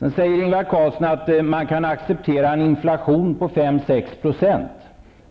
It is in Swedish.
Ingvar Carlsson säger att man kan acceptera en inflation på 5--6 %.